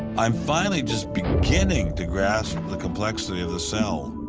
i'm finally just beginning to grasp the complexity of the cell.